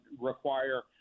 require